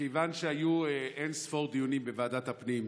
מכיוון שהיו אין-ספור דיונים בוועדת הפנים,